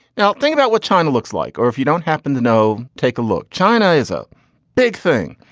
now think about what china looks like. or if you don't happen to know. take a look. china is a big thing.